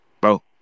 Bro